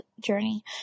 journey